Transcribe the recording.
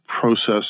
process